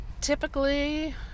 Typically